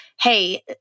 Hey